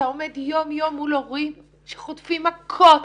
יום-יום מול הורים שחוטפים מכות,